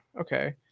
okay